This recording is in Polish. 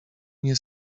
nie